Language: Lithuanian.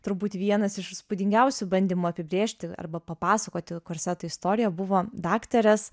turbūt vienas iš įspūdingiausių bandymų apibrėžti arba papasakoti korse istoriją buvo daktarės